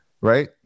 right